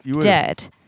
dead